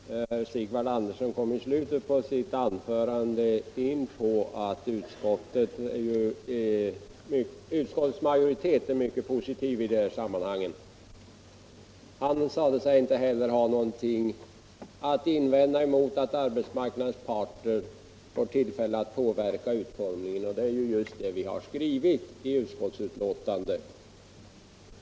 Herr talman! Herr Sivert Andersson sade i slutet av sitt anförande att utskottsmajoriteten är mycket positiv i dessa frågor. Han sade sig inte heller ha någonting att invända mot att arbetsmarknadens parter får tillfälle att påverka utformningen av reglerna, och det är just det vi har skrivit i utskottsbetänkandet.